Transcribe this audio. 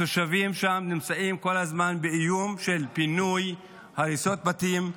התושבים שם נמצאים כל הזמן באיום של פינוי והריסות בתים.